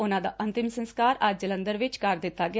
ਉਨੂਾਂ ਦਾ ਅੰਤਿਮ ਸੰਸਕਾਰ ਅੱਜ ਜਲੰਧਰ ਵਿੱਚ ਕਰ ਦਿੱਤਾ ਗਿਆ